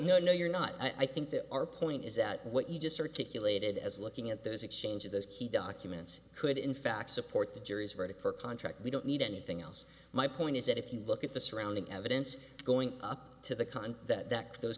what you're not i think that our point is that what you just articulated as looking at those exchanges those key documents could in fact support the jury's verdict for contract we don't need anything else my point is that if you look at the surrounding evidence going up to the kind that those